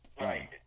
Right